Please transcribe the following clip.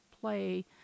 play